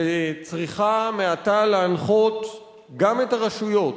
שצריכה מעתה להנחות גם את הרשויות,